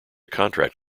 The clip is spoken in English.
contract